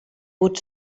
would